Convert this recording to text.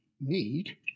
need